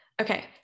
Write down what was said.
Okay